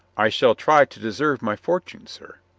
i shall try to deserve my fortune, sir.